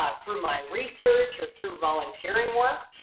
ah through my research or through volunteering work,